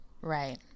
right